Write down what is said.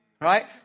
Right